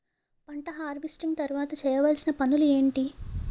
పంట హార్వెస్టింగ్ తర్వాత చేయవలసిన పనులు ఏంటి?